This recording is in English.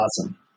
awesome